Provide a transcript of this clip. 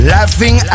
Laughing